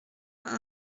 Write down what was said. vingt